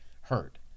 hurt